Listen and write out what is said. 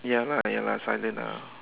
ya lah ya lah silent ah